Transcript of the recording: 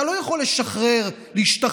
אתה לא יכול להשתחרר מהזיקה.